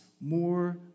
more